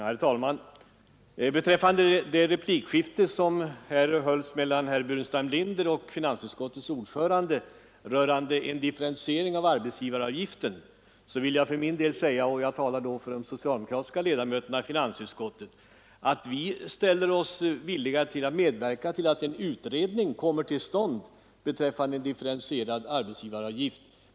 Herr talman! Med anledning av replikskiftet mellan herr Burenstam Linder och finansutskottets ordförande rörande differentiering av arbetsgivaravgiften vill jag säga — och jag talar då för de socialdemokratiska ledamöterna av finansutskottet — att vi är villiga att medverka till att en utredning kommer till stånd beträffande differentierad arbetsgivaravgift.